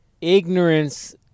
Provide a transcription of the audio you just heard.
ignorance